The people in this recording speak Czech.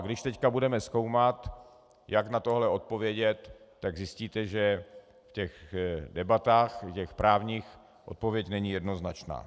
Když teď budeme zkoumat, jak na tohle odpovědět, tak zjistíte, že v těch debatách, v těch právních, odpověď není jednoznačná.